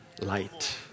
light